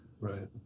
right